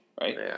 right